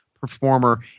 performer